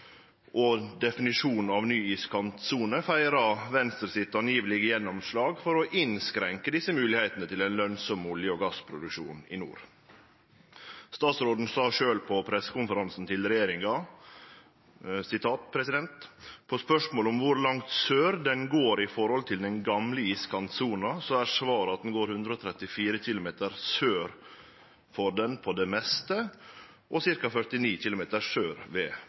og definisjon av ny iskantsone, feira Venstre det som er oppgitt å vere gjennomslaget deira for å innskrenke moglegheitene til ein lønsam olje- og gassproduksjon i nord. Statsråden sa sjølv på pressekonferansen til regjeringa, på spørsmål om kor langt sør iskantsona går i forhold til den gamle, at ho går 134 km sør for den på det meste og ca. 49 km lenger sør